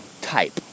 type